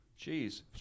Jeez